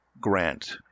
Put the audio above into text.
grant